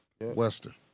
Western